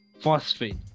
phosphate